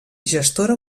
gestora